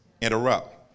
interrupt